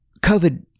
COVID